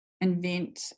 invent